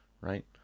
right